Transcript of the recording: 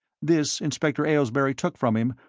this inspector aylesbury took from him,